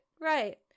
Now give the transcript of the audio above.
right